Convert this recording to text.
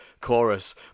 chorus